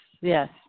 yes